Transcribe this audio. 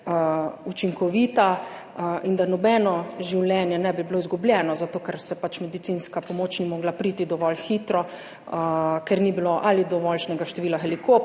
in da nobeno življenje ne bi bilo izgubljeno zato, ker pač medicinska pomoč ni mogla priti dovolj hitro, ker ni bilo dovoljšnega števila helikopterjev